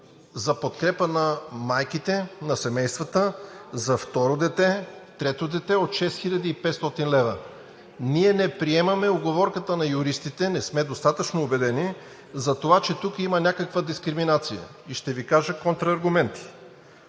за подкрепа на майките, на семействата, за второ дете, трето дете от 6500 лв. Ние не приемаме уговорката на юристите, не сме достатъчно убедени за това, че тук има някаква дискриминация. Ще Ви кажа контрааргументи.